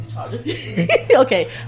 Okay